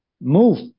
move